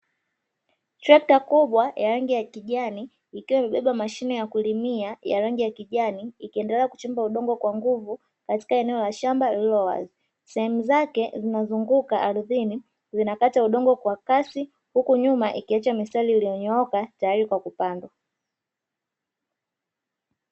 Trekta kubwa ya rangi ya kijani ikiwa imebeba mashine ya kulimia ya rangi ya kijani, ikiendelea kuchimba udongo kwa nguvu katika eneo la shamba lililo wazi. Sehemu zake zina zunguka ardhini zinakata udongo kwa kasi, huku nyuma ikiacha mistari iliyonyooka tayari kwa kupandwa.